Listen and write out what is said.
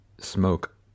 smoke